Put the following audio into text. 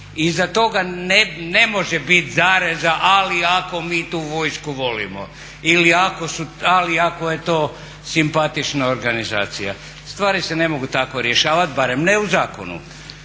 Iza toga ne može biti zareza, ali ako mi tu vojsku volimo, ili ako je to simpatična organizacija. Stvari se ne mogu tako rješavati, barem ne u zakonu.